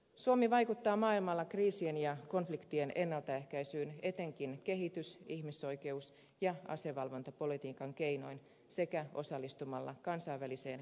suomi vaikuttaa maailmalla kriisien ja konfliktien ennalta ehkäisyyn etenkin kehitys ihmisoikeus ja asevalvontapolitiikan keinoin sekä osallistumalla kansainväliseen kriisinhallintaan